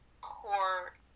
core